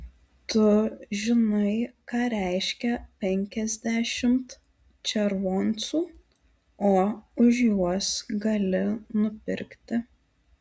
tu žinai ką reiškia penkiasdešimt červoncų o už juos gali nupirkti